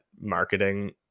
marketing